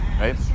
right